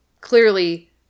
clearly